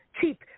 cheap